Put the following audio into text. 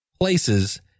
places